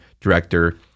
director